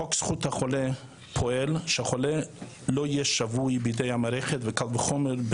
חוק זכות החולה גורם לכך שהחולה לא היה שבוי בידי המערכת וקל וחומר,